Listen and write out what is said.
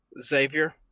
Xavier